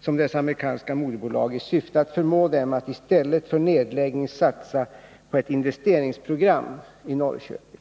som dess amerikanska moderbolag i syfte att förmå dem att i stället för nedläggning satsa på ett investeringsprogram i Norrköping.